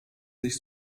sich